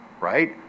right